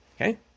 Okay